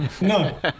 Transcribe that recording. No